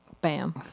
bam